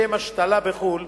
לשם השתלה בחו"ל,